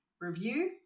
review